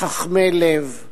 "חכמי לב",